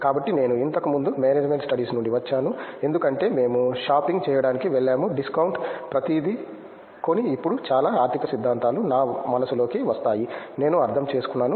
కాబట్టి నేను ఇంతకుముందు మేనేజ్మెంట్ స్టడీస్ నుండి వచ్చాను ఎందుకంటే మేము షాపింగ్ చేయడానికి వెళ్ళాము డిస్కౌంట్ ప్రతిదీ కొని ఇప్పుడు చాలా ఆర్థిక సిద్ధాంతాలు నా మనస్సులోకి వస్తాయి నేను అర్థం చేసుకున్నాను